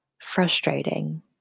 frustrating